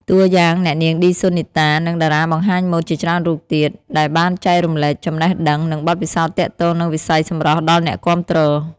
តួយ៉ាង អ្នកនាង ឌី សូនីតា និងតារាបង្ហាញម៉ូតជាច្រើនរូបទៀត ដែលបានចែករំលែកចំណេះដឹង និងបទពិសោធន៍ទាក់ទងនឹងវិស័យសម្រស់ដល់អ្នកគាំទ្រ។